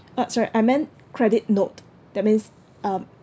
uh sorry I meant credit note that means um